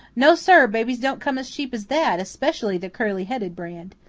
no, sir, babies don't come as cheap as that, especially the curly-headed brand.